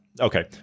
Okay